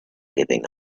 giving